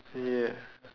ya